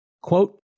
Quote